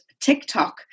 TikTok